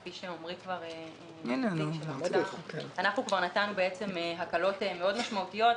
כפי שהם אומרים: אנחנו כבר נתנו הקלות משמעותיות מאוד.